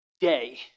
day